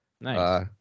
Nice